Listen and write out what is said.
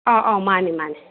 ꯑꯥꯎ ꯑꯥꯎ ꯃꯥꯅꯦ ꯃꯥꯅꯦ